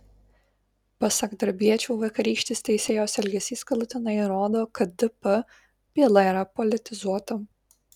pasak darbiečių vakarykštis teisėjos elgesys galutinai įrodo kad dp byla yra politizuota